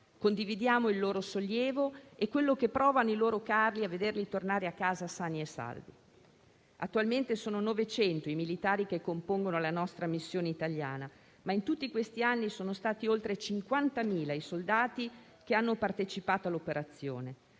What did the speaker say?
Condividiamo il loro sollievo e quello che provano i loro cari a vederli tornare a casa sani e salvi. Attualmente sono 900 i militari che compongono la nostra missione italiana, ma in tutti questi anni sono stati oltre 50.000 i soldati che hanno partecipato all'operazione.